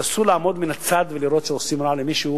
אסור לעמוד מן הצד ולראות שעושים רע למישהו